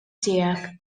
tiegħek